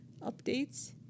updates